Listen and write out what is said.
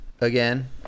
again